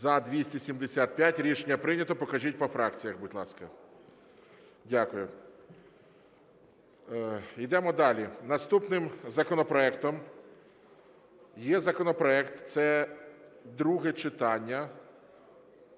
За-275 Рішення прийнято. Покажіть по фракціях, будь ласка. Дякую. Йдемо далі. Наступним законопроектом є законопроект (це друге читання),